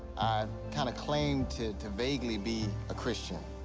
i kind of claimed to to vaguely be a christian.